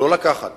לא לקחת,